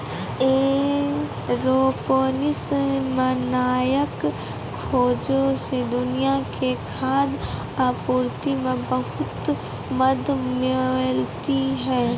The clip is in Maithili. एयरोपोनिक्स मे नयका खोजो से दुनिया के खाद्य आपूर्ति मे बहुते मदत मिलतै